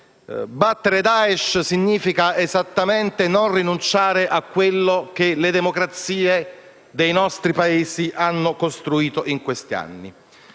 Battere Daesh significa esattamente non rinunciare a quanto le democrazie dei nostri Paesi hanno costruito in questi anni.